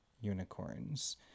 unicorns